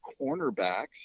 cornerbacks